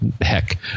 heck